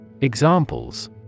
Examples